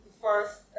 first